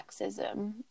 sexism